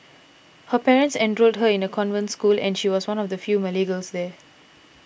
her parents enrolled her in a convent school and she was one of the few Malay girls there